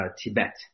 Tibet